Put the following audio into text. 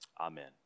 Amen